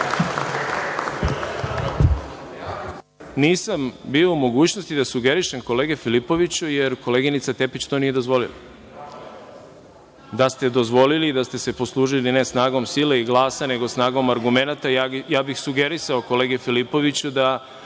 nisam bio u mogućnosti da sugerišem kolegi Filipoviću, jer koleginica Tepić to nije dozvolila. Da ste dozvolili i da ste se poslužili, ne snagom sile i glasa, nego snagom argumenata, ja bih sugerisao kolegi Filipoviću da